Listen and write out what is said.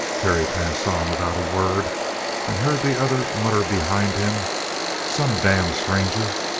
terry passed on without a word and heard the other mutter behind him some damn stranger!